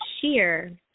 Sheer